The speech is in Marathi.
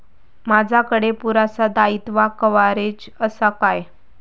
माजाकडे पुरासा दाईत्वा कव्हारेज असा काय?